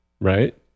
right